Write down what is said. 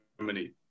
germany